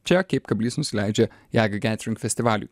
čia keip kablys nusileidžia jeigu gentrim festivaliui